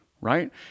right